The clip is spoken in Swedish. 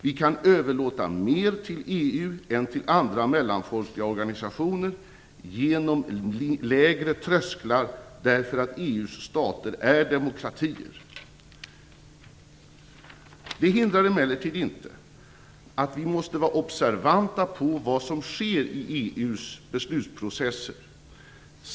Vi kan överlåta mer till EU än till andra mellanfolkliga organisationer genom lägre trösklar därför att EU:s stater är demokratier. Det hindrar emellertid inte att vi måste vara observanta på vad som sker i EU:s beslutsprocesser.